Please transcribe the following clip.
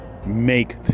Make